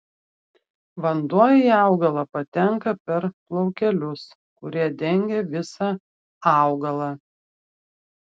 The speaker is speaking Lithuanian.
vanduo į augalą patenka per plaukelius kurie dengia visą augalą